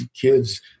kids